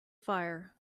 fire